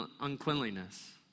uncleanliness